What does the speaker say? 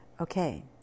Okay